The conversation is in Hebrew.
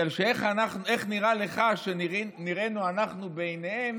כי איך נראה לך שנראינו אנחנו בעיניהם